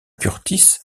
kurtis